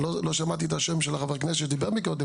חבר הכנסת שדיבר קודם,